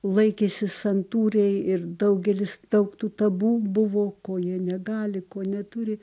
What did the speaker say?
laikėsi santūriai ir daugelis daug tų tabu buvo ko jie negali ko neturi